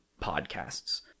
podcasts